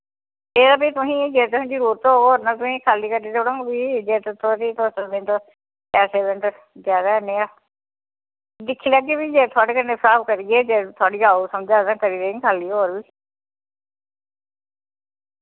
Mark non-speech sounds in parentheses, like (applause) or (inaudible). एह् ते फ्ही तुसें गै तुसें जरूरत होग और मैं तुसें खाली करी देऊड़ङ फ्ही जे तुस (unintelligible) पैसे बिंद क ज्यादा आह्नयो दिक्खी लैगे फ्ही जे थोआढ़े कन्नै स्हाब करगे जे थोआढ़ी औग समझा ते करी देंग खली और बी